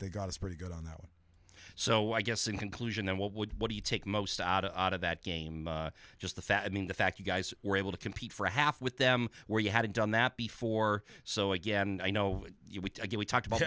they got us pretty good on that one so i guess in conclusion then what would what do you take most out of out of that game just the fact i mean the fact you guys were able to compete for half with them where you hadn't done that before so again you know again we talked about